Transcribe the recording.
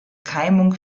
keimung